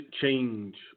change